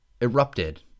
Erupted